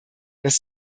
dass